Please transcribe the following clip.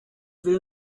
will